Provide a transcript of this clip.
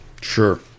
Sure